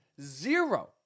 zero